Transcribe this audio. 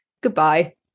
goodbye